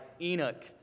Enoch